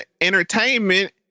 entertainment